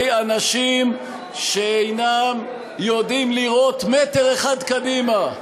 אנשים שאינם יודעים לראות מטר אחד קדימה,